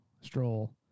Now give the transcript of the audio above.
stroll